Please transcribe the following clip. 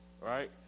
Right